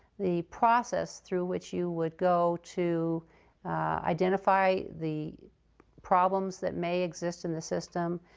the process through which you would go to identify the problems that may exist in the system,